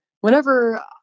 whenever